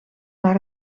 naar